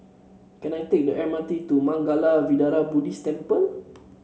can I take the M R T to Mangala Vihara Buddhist Temple